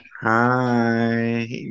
hi